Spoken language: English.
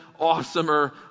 awesomer